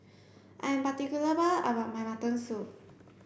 I am particular about about my mutton soup